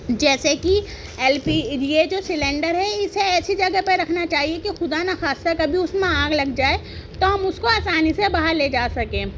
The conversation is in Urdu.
جیسے کہ ایل پی یہ جو سیلینڈر ہے اسے ایسی جگہ پہ رکھنا چاہیے کہ خدا نخواستہ کبھی اس میں آگ لگ جائے تو ہم اس کو آسانی سے باہر لے جا سکیں